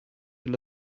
alla